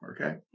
Okay